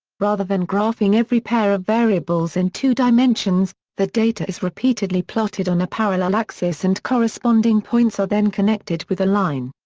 rather than graphing every pair of variables in two dimensions, the data is repeatedly plotted on a parallel axis and corresponding points are then connected with a line.